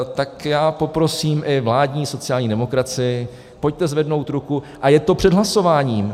Tak já poprosím i vládní sociální demokracii, pojďte zvednout ruku a je to před hlasováním.